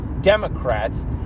Democrats